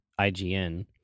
IGN